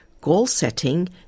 goal-setting